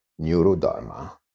Neurodharma